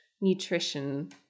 nutrition